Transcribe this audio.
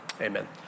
amen